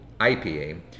IPA